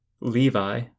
Levi